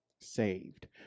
saved